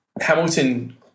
Hamilton